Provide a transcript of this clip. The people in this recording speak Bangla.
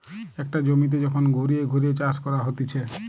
একটা জমিতে যখন ঘুরিয়ে ঘুরিয়ে চাষ করা হতিছে